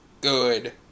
good